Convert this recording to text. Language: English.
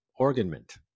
organment